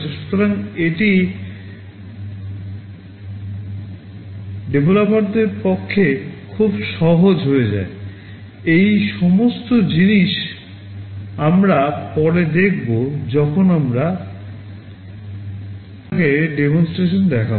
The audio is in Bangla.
সুতরাং এটি বিকাশকারী করবো